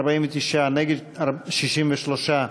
49, נגד, 63,